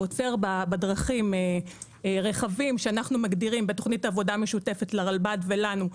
הוא עוצר בדרכים רכבים שאנחנו מגדירים בתוכנית משותפת לרלב"ד ולנו,